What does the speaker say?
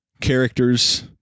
characters